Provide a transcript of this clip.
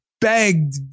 begged